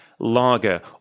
lager